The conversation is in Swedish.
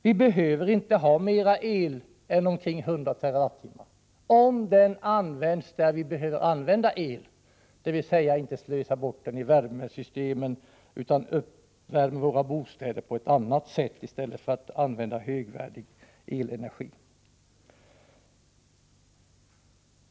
Vi behöver inte ha mera el än omkring 100 TWh — om den används där vi behöver el, dvs. om vi inte slösar bort den i värmesystemen utan uppvärmer våra bostäder på annat sätt än genom att använda högvärdig elenergi.